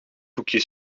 boekje